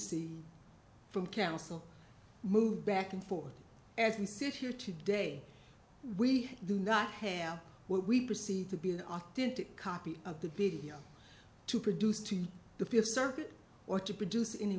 d from counsel move back and forth as we sit here today we do not have what we perceive to be an authentic copy of the p d f to produce to the th circuit or to produce